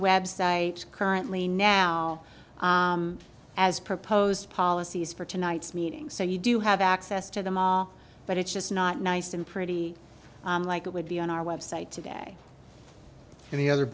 website currently now as proposed policies for tonight's meeting so you do have access to them all but it's just not nice and pretty like it would be on our website today and the other